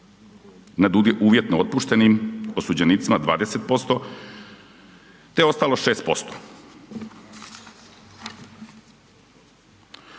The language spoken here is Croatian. nad uvjetnom otpuštenim osuđenicima, 20% te ostalo 6%.